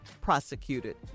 prosecuted